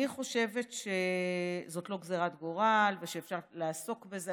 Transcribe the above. אני חושבת שזאת לא גזרת גורל ושאפשר לעסוק בזה.